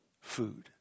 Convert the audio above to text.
food